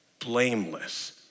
blameless